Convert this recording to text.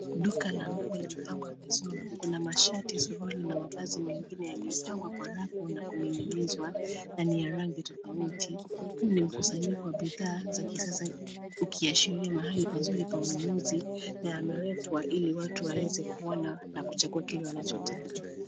Duka la nguo limepangwa vizuri. Kuna mashati zuri na mavazi mengine yaliyopangwa kwa rafu na kuning'inizwa na ni ya rangi tofauti. Huu ni mkusanyiko wa bidhaa za kisasa ukiashiria mahali pazuri pa ununuzi na yamewekwa ili watu waweze kuona na kuchagua kenye wanachotaka.